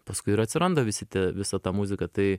paskui ir atsiranda visi tie visa ta muzika tai